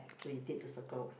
so you did the circle